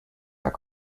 are